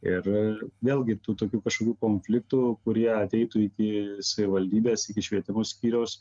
ir vėlgi tų tokių kažkokių konfliktų kurie ateitų iki savivaldybės iki švietimo skyriaus